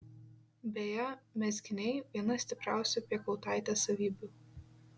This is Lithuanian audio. beje mezginiai viena stipriausių piekautaitės savybių